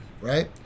right